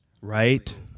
right